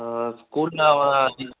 ஸ்கூலில் அவன் அதிகம்